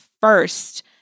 first